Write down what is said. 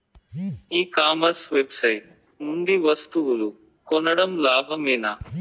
ఈ commerce website నుండి వస్తువులు కొనడం లాభమేనా?